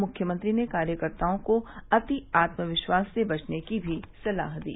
मुख्यमंत्री ने कार्यकर्ताओं को अति आत्मविश्वास से बचने की भी सलाह दी